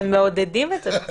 הם מעודדים את זה.